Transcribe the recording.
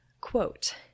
quote